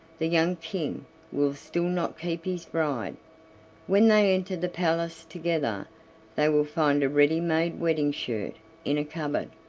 the young king will still not keep his bride when they enter the palace together they will find a ready-made wedding shirt in a cupboard,